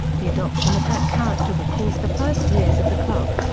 the adoption of that character recalls the first years of the club.